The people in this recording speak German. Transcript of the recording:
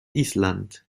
island